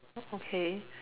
okay